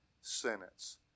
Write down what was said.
sentence